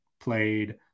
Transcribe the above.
played